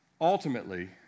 Ultimately